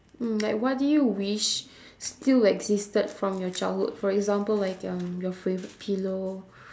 mm like what do you wish still existed from your childhood for example like um your favourite pillow